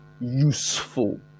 useful